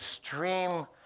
extreme